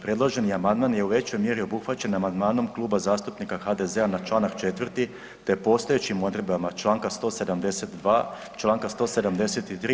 Predloženi amandman je u većoj mjeri obuhvaćen amandmanom Kluba zastupnika HDZ-a na čl. 4. te postojećim odredbama čl. 172., čl. 173.